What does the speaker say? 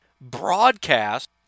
broadcast